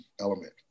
element